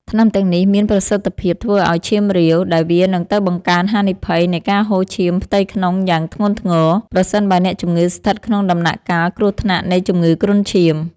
ថ្នាំទាំងនេះមានប្រសិទ្ធភាពធ្វើឱ្យឈាមរាវ ដែលវានឹងទៅបង្កើនហានិភ័យនៃការហូរឈាមផ្ទៃក្នុងយ៉ាងធ្ងន់ធ្ងរ ប្រសិនបើអ្នកជំងឺស្ថិតក្នុងដំណាក់កាលគ្រោះថ្នាក់នៃជំងឺគ្រុនឈាម។